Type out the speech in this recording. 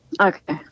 Okay